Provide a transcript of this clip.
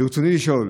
ברצוני לשאול: